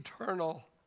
eternal